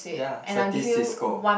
ya Certis Cisco